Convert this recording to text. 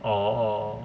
orh